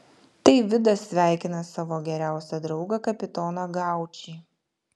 tai vidas sveikina savo geriausią draugą kapitoną gaučį